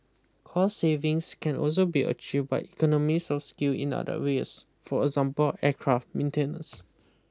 cost savings can also be achieved by economies of scale in other areas for example aircraft maintenance